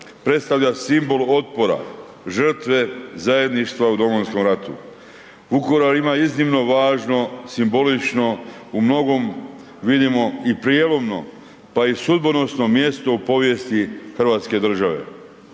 predstavlja simbole otpora, žrtve zajedništva u Domovinskom ratu. Vukovar ima iznimno važno simbolično u mnogom vidimo i prijelomno pa i sudbonosno mjesto u povijesti Hrvatske države,